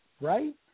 right